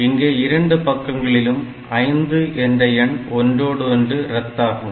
இங்கே இரண்டு பக்கங்களிலும் 5 என்ற எண் ஒன்றோடு ஒன்று ரத்தாகும்